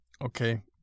Okay